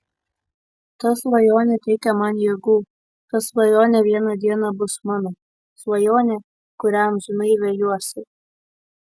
ta svajonė teikia man jėgų ta svajonė vieną dieną bus mano svajonė kurią amžinai vejuosi